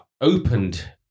opened